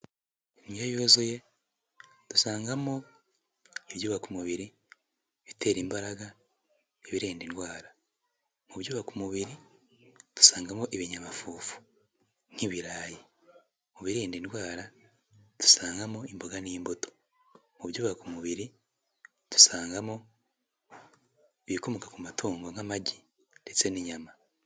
Indyo yuzuye dusangamo ibyubaka umubiri, ibitera imbaraga, ibirinda indwara, mu byubaka umubiri dusangamo ibinyamafufu nk'ibirayi, mu birinda indwara dusangamo imboga n'imbuto, mu byubaka umubiri dusangamo ibikomoka ku matungo nk'amagi ndetse n'inyama.